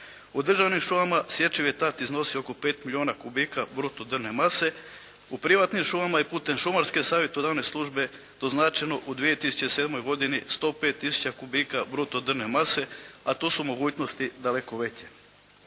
U državnim šumama sječivi je tat iznosio oko 5 milijuna kubika bruto drvne mase. U privatnim šumama i putem šumarske savjetodavne službe doznačeno u 2007. godini 105. tisuća kubika bruto drvne mase a tu su mogućnosti daleko veće.